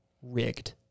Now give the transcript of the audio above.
rigged